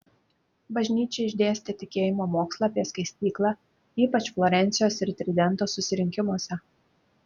bažnyčia išdėstė tikėjimo mokslą apie skaistyklą ypač florencijos ir tridento susirinkimuose